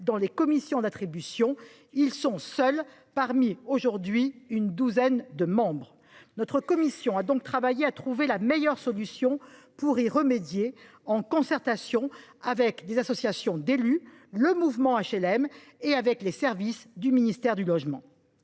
dans les commissions d’attribution, isolés parmi une douzaine de membres. Notre commission a donc travaillé à trouver la meilleure solution pour y remédier, en concertation avec les associations d’élus, avec le mouvement HLM et avec les services du ministère du logement.